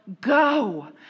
go